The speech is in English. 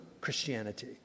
Christianity